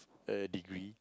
a degree